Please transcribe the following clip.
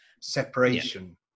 separation